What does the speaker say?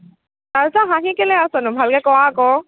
আৰু তই হাঁহি কেলৈ আছনো ভালকৈ ক' আকৌ